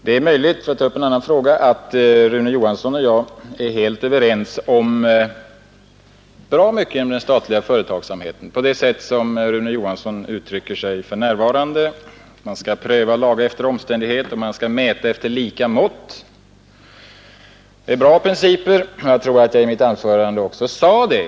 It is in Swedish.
Det är möjligt — för att ta upp en annan fråga — att Rune Johansson och jag är helt överens om bra mycket inom den statliga företagsamheten på det sätt som han uttrycker sig för närvarande: Man skall pröva och laga efter omständigheterna och man skall mäta efter lika mått. Det är bra principer, och jag tror att jag i mitt anförande också sade det.